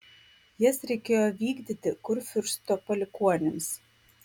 jas reikėjo vykdyti kurfiursto palikuonims